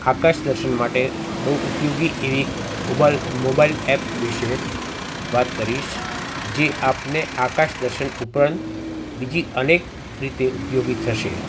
આકાશ દર્શન માટે બહુ ઉપયોગી એવી મોબાઈલ મોબાઈલ એપ વિષે વાત કરીશ જે આપને આકાશ દર્શન ઉપરાંત બીજી અનેક રીતે ઉપયોગી થશે